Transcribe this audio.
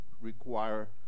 require